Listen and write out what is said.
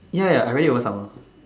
ya ya I read it over summer